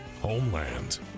Homeland